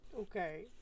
okay